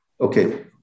Okay